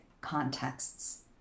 contexts